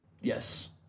Yes